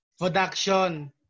production